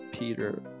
Peter